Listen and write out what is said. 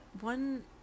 one